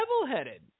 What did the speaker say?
level-headed